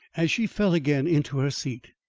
as she fell again into her seat,